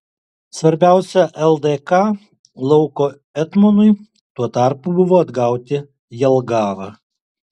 svarbiausia ldk lauko etmonui tuo tarpu buvo atgauti jelgavą